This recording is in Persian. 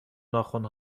ناخن